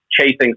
chasing